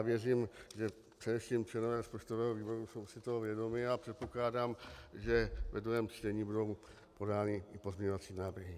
Věřím, že především členové rozpočtového výboru jsou si toho vědomi, předpokládám, že ve druhém čtení budou podány i pozměňovací návrhy.